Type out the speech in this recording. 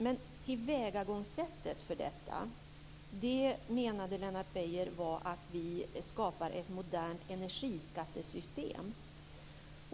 Men tillvägagångssättet för detta menade Lennart Beijer var att vi skapar ett modernt energiskattesystem.